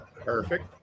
Perfect